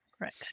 Right